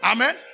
Amen